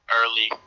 early